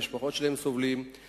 המשפחות שלהם סובלות,